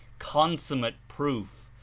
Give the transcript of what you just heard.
con summate proof,